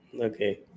Okay